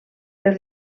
per